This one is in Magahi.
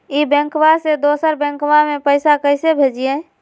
ई बैंकबा से दोसर बैंकबा में पैसा कैसे भेजिए?